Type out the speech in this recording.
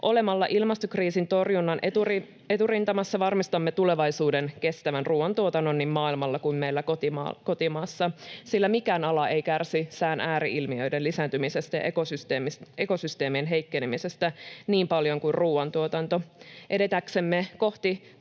Olemalla ilmastokriisin torjunnan eturintamassa varmistamme tulevaisuuden kestävän ruuantuotannon niin maailmalla kuin meillä kotimaassa, sillä mikään ala ei kärsi sään ääri-ilmiöiden lisääntymisestä ja ekosysteemien heikkenemisestä niin paljon kuin ruuantuotanto. Edetäksemme kohti